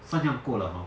三样够了 hor